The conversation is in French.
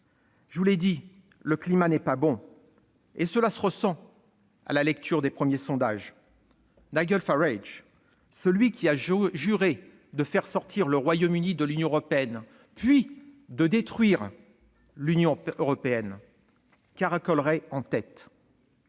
Je vous l'ai dit, le climat n'est pas bon, et cela se ressent à la lecture des premiers sondages. Nigel Farage, celui qui a juré de faire sortir le Royaume-Uni de l'Union européenne, puis de détruire l'Union européenne, caracolerait en tête.